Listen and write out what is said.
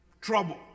Trouble